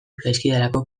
zaizkidalako